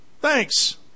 Thanks